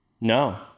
No